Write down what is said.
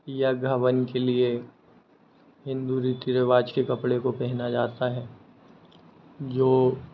यग्न हवन के लिए हिन्दू रीति रिवाज के कपड़ों को पहना जाता है जो